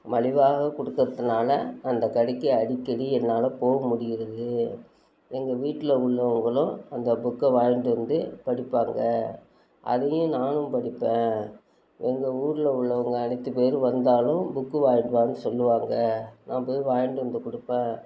மலிவாக கொடுக்கறதுனால அந்த கடைக்கு அடிக்கடி என்னால் போக முடிகிறது எங்கள் வீட்டில் உள்ளவர்களும் அந்த புக்கை வாங்கிட்டு வந்து படிப்பாங்க அதையும் நானும் படிப்பேன் எங்கள் ஊரில் உள்ளவங்க அனைத்து பேர் வந்தாலும் புக் வாங்கிட்டு வானு சொல்லுவாங்க நான் போய் வாங்கிட்டு வந்து கொடுப்பேன்